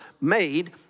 made